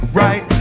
right